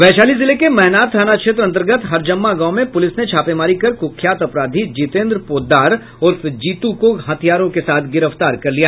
वैशाली जिले के महनार थाना क्षेत्र अंतर्गत हरजम्मा गांव में पुलिस ने छापेमारी कर कुख्यात अपराधी जितेन्द्र पोददार उर्फ जीतू को हथियार के साथ गिरफ्तार कर लिया